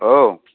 औ